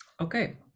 okay